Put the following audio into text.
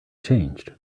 changed